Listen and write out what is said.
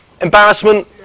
embarrassment